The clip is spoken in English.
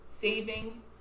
savings